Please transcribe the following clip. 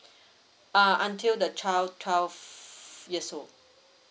err until the child twelve years old